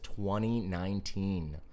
2019